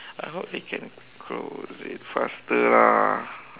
I hope they can go the faster lah